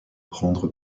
prendre